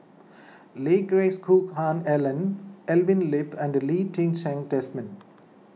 Lee Geck Hoon Ellen Evelyn Lip and Lee Ti Seng Desmond